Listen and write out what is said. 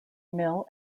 mill